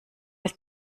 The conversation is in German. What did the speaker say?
ist